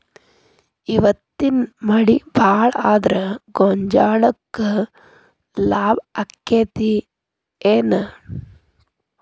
ಇವತ್ತಿನ ಮಳಿ ಭಾಳ ಆದರ ಗೊಂಜಾಳಕ್ಕ ಲಾಭ ಆಕ್ಕೆತಿ ಏನ್?